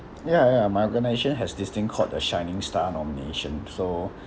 ya ya my organisation has this thing called a shining star nomination so